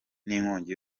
n’inkongi